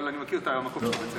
אבל אני מכיר את המקום של בית הספר.